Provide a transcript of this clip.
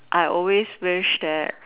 I always wish that